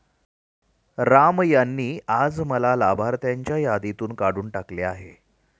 राम यांनी आज मला लाभार्थ्यांच्या यादीतून काढून टाकले आहे